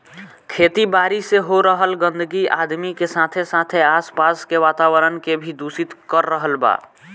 खेती बारी से हो रहल गंदगी आदमी के साथे साथे आस पास के वातावरण के भी दूषित कर रहल बा